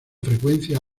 frecuencia